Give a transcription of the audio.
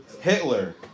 Hitler